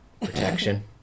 protection